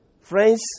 friends